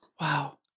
Wow